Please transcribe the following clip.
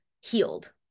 healed